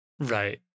Right